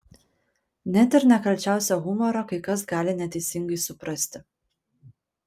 net ir nekalčiausią humorą kai kas gali neteisingai suprasti